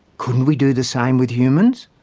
couldn't we do the same with humans?